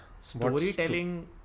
Storytelling